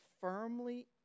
firmly